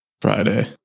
Friday